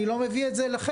אני לא מביא את זה אליכם,